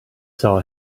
saw